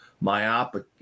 myopic